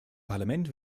parlament